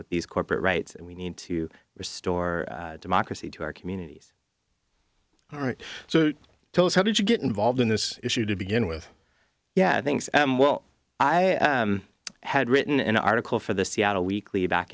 with these corporate rights and we need to restore democracy to our communities all right so tell us how did you get involved in this issue to begin with yeah things well i had written an article for the seattle weekly back